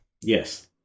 Yes